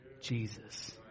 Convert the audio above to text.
Jesus